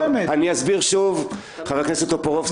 אני אסביר שוב, חבר הכנסת טופורובסקי.